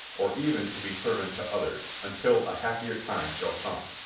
or even to be servant to others, until a happier time shall come.